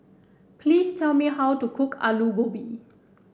please tell me how to cook Alu Gobi